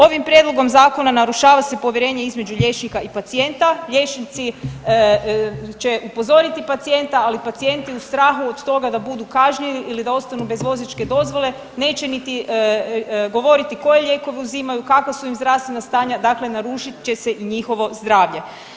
Ovim prijedlogom zakona narušava se povjerenje između liječnika i pacijenta, liječnici će upozoriti pacijenta, ali pacijenti u strahu od toga da budu kažnjeni ili da ostanu bez vozačke dozvole neće niti govoriti koje lijekove uzimaju, kakva su im zdravstvena stanja, dakle narušit će se i njihovo zdravlje.